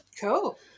cool